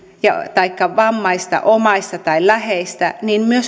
taikka vammaista omaista tai läheistä myös